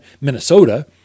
Minnesota